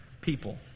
people